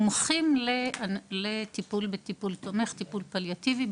ה׳ - אנחנו עושים עכשיו פתיחה של מרפאות פליאטיביות,